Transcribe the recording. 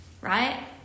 right